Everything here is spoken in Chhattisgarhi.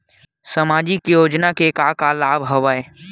सामाजिक योजना के का का लाभ हवय?